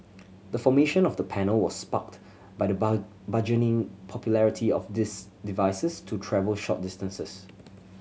the formation of the panel was sparked by the bar burgeoning popularity of these devices to travel short distances